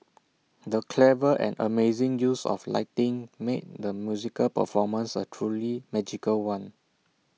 the clever and amazing use of lighting made the musical performance A truly magical one